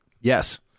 yes